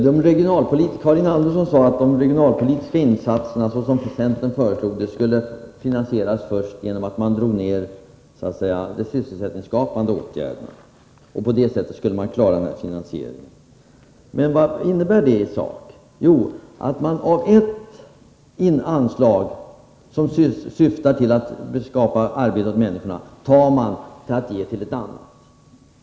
Fru talman! Karin Andersson sade att de regionalpolitiska insatserna enligt centerns förslag skulle finansieras främst genom att man minskar anslagen till de sysselsättningsskapande åtgärderna. På detta sätt skulle man klara den här finansieringen. Men vad innebär det då i sak? Jo, det innebär att man tar från ett anslag som syftar till att skapa arbete åt människor och ger till ett annat.